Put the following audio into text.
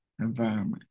environment